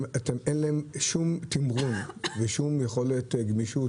אין להם שום תמרון ושום יכולת גמישות,